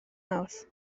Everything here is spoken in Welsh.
mawrth